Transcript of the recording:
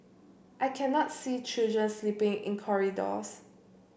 I cannot see children sleeping in corridors